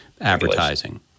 advertising